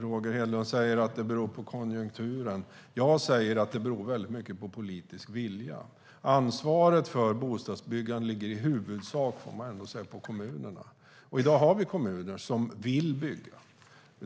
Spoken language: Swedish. Roger Hedlund säger att det beror på konjunkturen. Jag säger: Det beror väldigt mycket på politisk vilja. Ansvaret för bostadsbyggandet ligger i huvudsak, får man ändå säga, på kommunerna. Och i dag har vi kommuner som vill bygga.